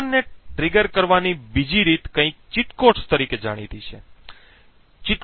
ટ્રોજનને ટ્રિગર કરવાની બીજી રીત કંઈક ચીટ કોડ્સ તરીકે જાણીતી છે